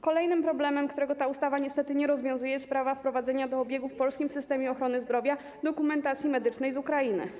Kolejnym problemem, którego ta ustawa niestety nie rozwiązuje, jest sprawa wprowadzenia do obiegu w polskim systemie ochrony zdrowia dokumentacji medycznej z Ukrainy.